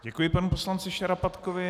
Děkuji panu poslanci Šarapatkovi.